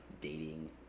dating